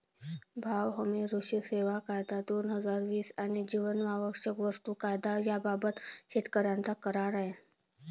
भाव हमी, कृषी सेवा कायदा, दोन हजार वीस आणि जीवनावश्यक वस्तू कायदा याबाबत शेतकऱ्यांचा करार आहे